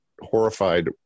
horrified